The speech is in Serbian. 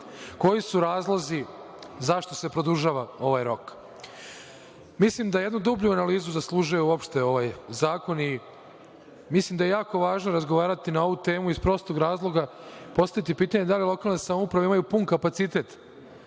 koji su razlozi zašto se produžava ovaj rok. Mislim da jednu dublju analizu zaslužuje uopšte ovaj zakon i mislim da je jako važno razgovarati na ovu temu, iz prostog razloga, postaviti pitanje da li lokalne samouprave imaju pun kapacitet